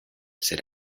said